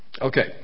Okay